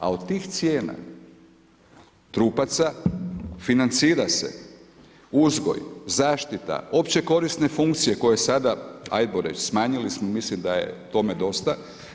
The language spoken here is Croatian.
A od tih cijena trupaca financira se uzgoj, zaštita, opće korisne funkcije koje sada, ajmo reći, smanjili smo, mislim da je tome dosta.